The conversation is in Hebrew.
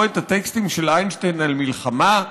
את הטקסטים של איינשטיין על מלחמה,